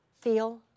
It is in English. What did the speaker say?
feel